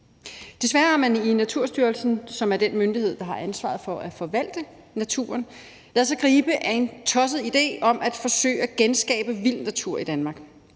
Desværre har man i Naturstyrelsen, som er den myndighed, der har ansvaret for at forvalte naturen, ladet sig gribe af en tosset idé om at forsøge at genskabe vild natur i Danmark.